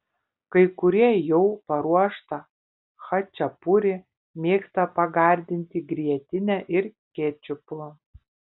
kai kurie jau paruoštą chačapuri mėgsta pagardinti grietine ir kečupu